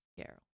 Carol